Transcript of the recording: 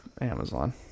Amazon